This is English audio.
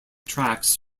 tracks